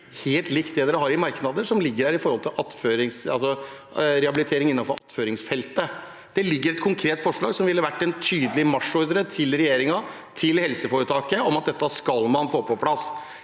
helt likt det de har i merknader, som gjelder rehabilitering innenfor attføringsfeltet? Det ligger et konkret forslag her som ville ha vært en tydelig marsjordre til regjeringen og til helseforetaket om at dette skal man få på plass.